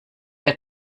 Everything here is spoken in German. der